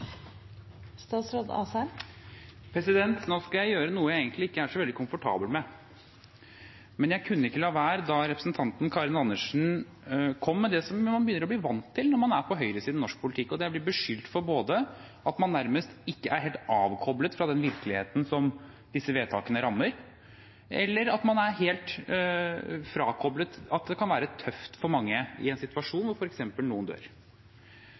så veldig komfortabel med, men jeg kan ikke la være, siden representanten Karin Andersen kom med det som man begynner å bli vant til når man er på høyresiden i norsk politikk. Det er å bli beskyldt for at man enten er nærmest helt avkoblet fra den virkeligheten som disse vedtakene rammer, eller at man er helt frakoblet at det kan være tøft for mange, f.eks. i en situasjon hvor noen dør.